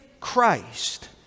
Christ